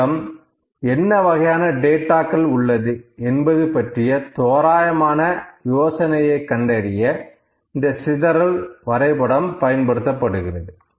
நம்மிடம் என்ன வகையான டேட்டாக்கள் உள்ளது என்பது பற்றிய தோராயமான யோசனையை கண்டறிய இந்த சிதறல் வரைபடம் பயன்படுத்தப்படுகிறது